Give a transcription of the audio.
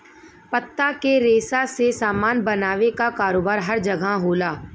पत्ता के रेशा से सामान बनावे क कारोबार हर जगह होला